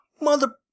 Mother